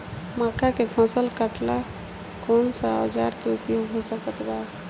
मक्का के फसल कटेला कौन सा औजार के उपयोग हो सकत बा?